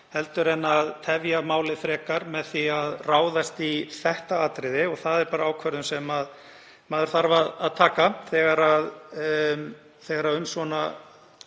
þess að tefja málið enn frekar með því að ráðast í þetta atriði. Það er bara ákvörðun sem maður þarf að taka þegar um svona